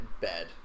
bed